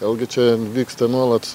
vėl gi čia vyksta nuolat